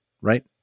right